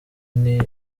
niba